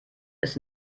ist